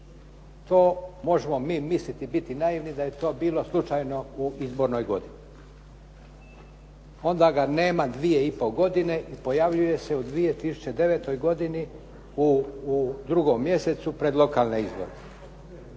To možemo mi misliti i biti naivni da je to bilo slučajno u izbornoj godini. Onda ga nema dvije i pol godine i pojavljuje se u 2009. godini u 2. mjesecu pred lokalne izbore.